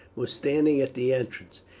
was standing at the entrance.